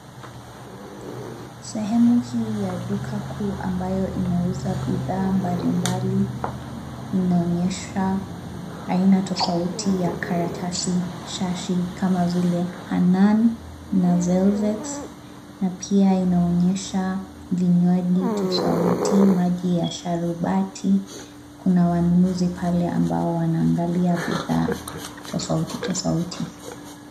Sehemu hii ya duka kuu ambayo inauza bidhaa mbalimbali inaonyesha aina tofauti ya karatasi shashi kama vile; Hanan na Velvex na pia inaonyesha vinywaji tofauti, maji ya sharubati. Kuna wanunuzi pale ambao wanaangalia bidhaa tofauti tofauti.